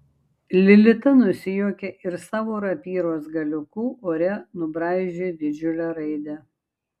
lilita nusijuokė ir savo rapyros galiuku ore nubraižė didžiulę raidę